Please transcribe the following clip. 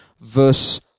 verse